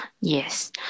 Yes